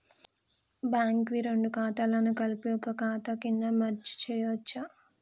Bank వి రెండు ఖాతాలను కలిపి ఒక ఖాతా కింద మెర్జ్ చేయచ్చా?